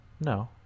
No